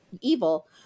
evil